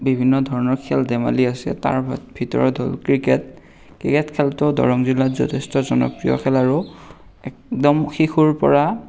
বিভিন্ন ধৰণৰ খেল ধেমালি আছে তাৰ ভিতৰত হ'ল ক্ৰিকেট ক্ৰিকেট খেলটো দৰং জিলাত যথেষ্ট জনপ্ৰিয় খেল আৰু একদম শিশুৰ পৰা